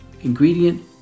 ingredient